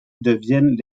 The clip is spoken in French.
deviennent